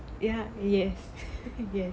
ya yes